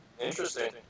Interesting